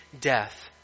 death